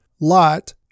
Lot